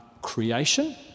creation